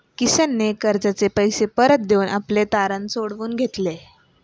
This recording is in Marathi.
किशनने कर्जाचे पैसे परत देऊन आपले तारण सोडवून घेतले